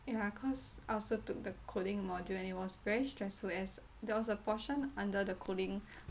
ya cause I also took the coding module and it was very stressful as there was a portion under the coding